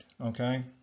okay